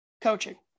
coaching